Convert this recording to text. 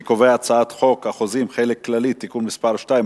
אני קובע שחוק החוזים (חלק כללי) (תיקון מס' 2),